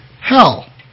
hell